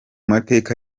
mateka